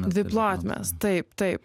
dvi plotmes taip taip